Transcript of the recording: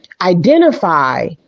identify